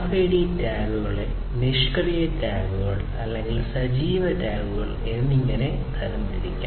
RFID ടാഗുകളെ നിഷ്ക്രിയ ടാഗുകൾ അല്ലെങ്കിൽ സജീവ ടാഗുകൾ എന്നിങ്ങനെ തരം തിരിക്കാം